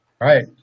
right